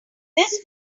this